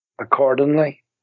accordingly